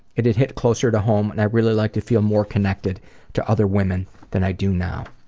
it'd hit closer to home, and i'd really like to feel more connected to other women than i do now.